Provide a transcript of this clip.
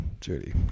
Judy